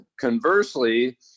conversely